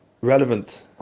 relevant